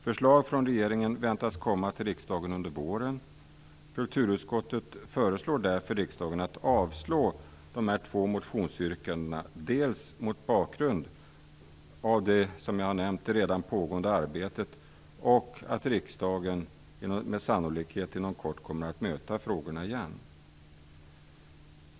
Förslag från regeringen väntas kommma till riksdagen under våren. Kulturutskottet föreslår därför riksdagen att avslå de två motionsyrkandena dels mot bakgrund av det redan pågående arbetet, dels med tanke på att riksdagen sannolikt inom kort kommer att möta frågorna igen.